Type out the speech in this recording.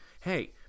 hey